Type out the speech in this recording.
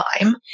time